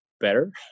better